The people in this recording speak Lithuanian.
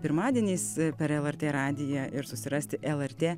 pirmadieniais per lrt radiją ir susirasti lrt